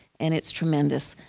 and it's tremendous.